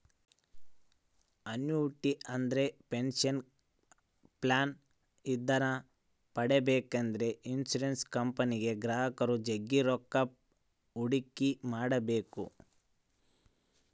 annuity ಅಂದ್ರೆ pension plan ಇದನ್ನ ಪಡೆಬೇಕೆಂದ್ರ ಇನ್ಶುರೆನ್ಸ್ ಕಂಪನಿಗೆ ಗ್ರಾಹಕರು ಜಗ್ಗಿ ರೊಕ್ಕ ಹೂಡಿಕೆ ಮಾಡ್ಬೇಕು